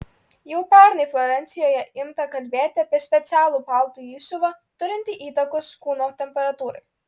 jau pernai florencijoje imta kalbėti apie specialų paltų įsiuvą turintį įtakos kūno temperatūrai